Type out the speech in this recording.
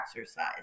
exercise